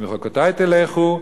"אם בחקתי תלכו,